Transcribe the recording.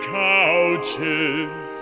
couches